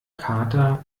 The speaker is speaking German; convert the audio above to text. kater